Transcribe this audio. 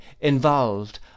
involved